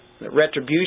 Retribution